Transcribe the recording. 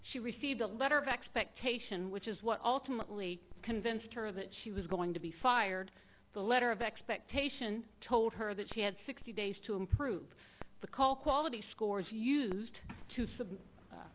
she received a letter of expectation which is what ultimately convinced her that she was going to be fired the letter of expectation told her that she had sixty days to improve the call quality scores used to